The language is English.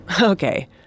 Okay